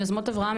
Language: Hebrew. שיוזמות אברהם,